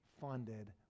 funded